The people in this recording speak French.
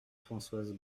françoise